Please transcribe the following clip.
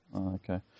Okay